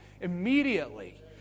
immediately